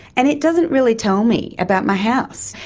and it doesn't really tell me about my house.